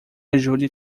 ajude